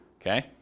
Okay